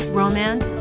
romance